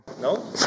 no